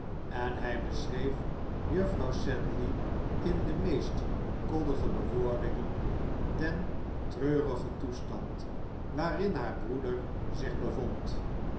en hij beschreef juffrouw sedley in de meest koddige bewoordingen den treurigen toestand waarin haar broeder zich bevond